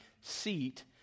seat